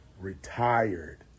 retired